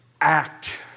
act